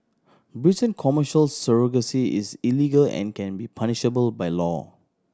Britain Commercial surrogacy is illegal and can be punishable by law